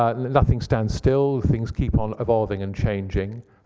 and nothing stands still. things keep on evolving and changing.